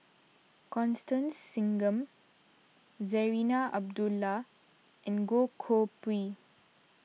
Constance Singam Zarinah Abdullah and Goh Koh Pui